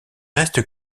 reste